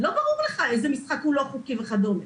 לא ברור לך איזה משחק הוא לא חוקי וכדומה.